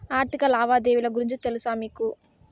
ఆర్థిక లావాదేవీల గురించి తెలుసా మీకు